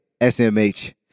SMH